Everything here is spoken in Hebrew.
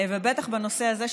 ובטח בנושא הזה,